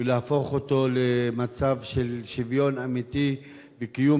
ולהפוך אותו למצב של שוויון אמיתי וקיום